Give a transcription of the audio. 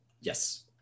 Yes